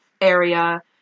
area